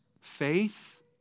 faith